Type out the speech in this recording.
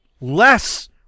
less